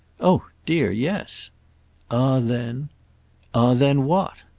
oh dear, yes. ah then! ah then what?